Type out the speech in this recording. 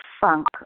funk